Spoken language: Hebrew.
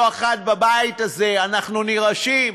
לא אחת בבית הזה אנחנו נרעשים: